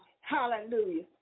Hallelujah